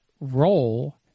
role